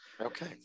Okay